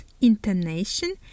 intonation